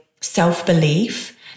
self-belief